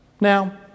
Now